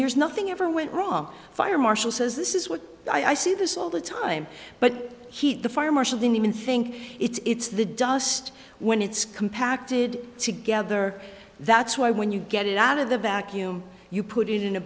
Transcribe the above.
years nothing ever went wrong fire marshall says this is what i see this all the time but heat the fire marshall didn't even think it's the dust when it's compacted together that's why when you get it out of the vacuum you put it in a